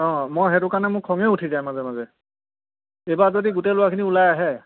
অঁ মই সেইটো কাৰণে মোক খঙেই উঠি যায় মাজে মাজে এইবাৰ যদি গোটেই ল'ৰাখিনি ওলাই আহে